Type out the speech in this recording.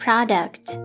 Product